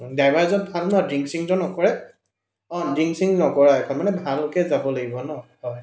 ড্ৰাইভাৰজন ভাল নহয় ড্ৰিংকছ ছ্ৰিংকছটো নকৰে অঁ ড্ৰিংকছ ছ্ৰিংকছ নকৰা এখন ভালকৈ যাব লাগিব ন হয়